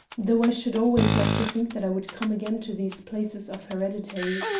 though i should always like to think that i would come again to these places of hered-ity.